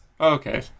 Okay